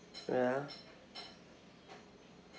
ya